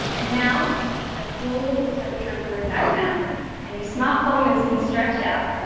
and now i cool the temperature of the room back down and you smart polymers can stretch out,